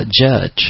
judge